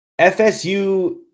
FSU